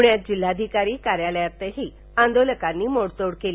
पुण्यात जिल्हाधिकारी कार्यालयातही आंदोलकांनी मोडतोड केली